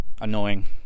annoying